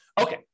Okay